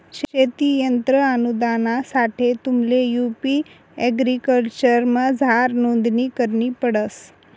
शेती यंत्र अनुदानसाठे तुम्हले यु.पी एग्रीकल्चरमझार नोंदणी करणी पडस